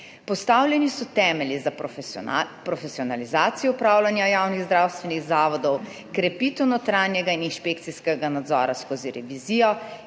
postavljeni so temelji za profesionalizacijo upravljanja javnih zdravstvenih zavodov. Krepitev notranjega in inšpekcijskega nadzora skozi revizijo,